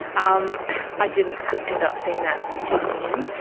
um i didn't end up seeing that gentleman again.